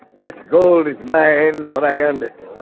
this gold is mine when i end it